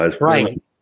Right